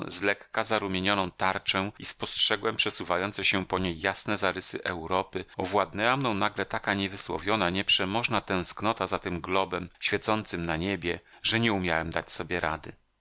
zlekka zarumienioną tarczę i spostrzegłem przesuwające się po niej jasne zarysy europy owładnęła mną nagle taka niewysłowiona nieprzemożna tęsknota za tym globem świecącym na niebie że nie umiałem dać sobie rady